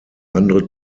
andere